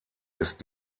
ist